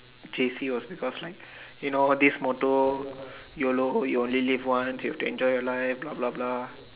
J_C was because like you know this motto YOLO you only live one you have to enjoy your life blah blah blah